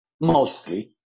mostly